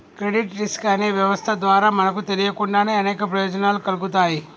credit risk అనే వ్యవస్థ ద్వారా మనకు తెలియకుండానే అనేక ప్రయోజనాలు కల్గుతాయి